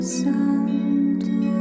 santo